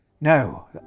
No